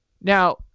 Now